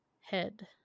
head